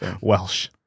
Welsh